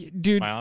Dude